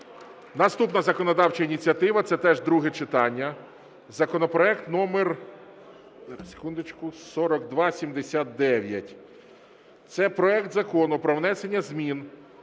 Наступна законодавча ініціатива – це теж друге читання. Законопроект номер 4279, це проект Закону про внесення змін